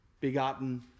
begotten